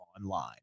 Online